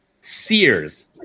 sears